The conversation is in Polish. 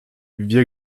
wie